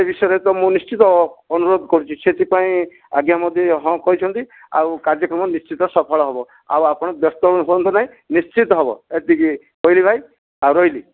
ସେ ବିଷୟରେ ତ ନିଶ୍ଚିତ ଅନୁରୋଧ କରିଛି ସେଥିପାଇଁ ଆଜ୍ଞା ମୋତେ ହଁ କହିଛନ୍ତି ଆଉ କାର୍ଯ୍ୟକ୍ରମ ନିଶ୍ଚିତ ସଫଳ ହେବ ଆଉ ଆପଣ ବ୍ୟସ୍ତ ହୁଅନ୍ତୁ ନାହିଁ ନିଶ୍ଚିତ ହେବ ଏତିକି ରହିଲି ଭାଇ ଆଉ ରହିଲି